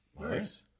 Nice